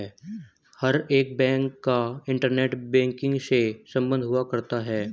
हर एक बैंक का internet banking से सम्बन्ध हुआ करता है